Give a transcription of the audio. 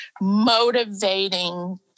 motivating